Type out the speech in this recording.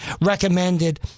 recommended